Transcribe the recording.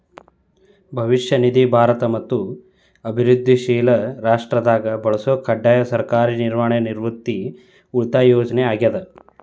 ಭವಿಷ್ಯ ನಿಧಿ ಭಾರತ ಮತ್ತ ಅಭಿವೃದ್ಧಿಶೇಲ ರಾಷ್ಟ್ರದಾಗ ಬಳಸೊ ಕಡ್ಡಾಯ ಸರ್ಕಾರಿ ನಿರ್ವಹಣೆಯ ನಿವೃತ್ತಿ ಉಳಿತಾಯ ಯೋಜನೆ ಆಗ್ಯಾದ